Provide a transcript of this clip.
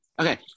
Okay